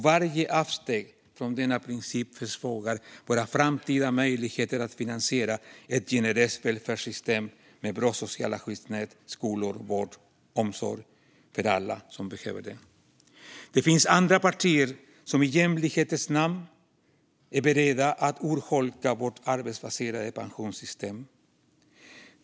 Varje avsteg från denna princip försvagar våra framtida möjligheter att finansiera ett generöst välfärdssystem med bra sociala skyddsnät, skolor och vård och omsorg för alla som behöver det. Det finns andra partier som i jämlikhetens namn är beredda att urholka vårt arbetsbaserade pensionssystem.